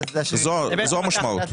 זו המשמעות.